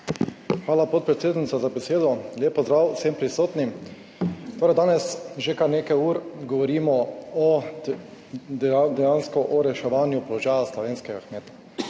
Hvala, podpredsednica za besedo. Lep pozdrav vsem prisotnim. Torej, danes že kar nekaj ur govorimo o dejansko o reševanju položaja slovenskega kmeta,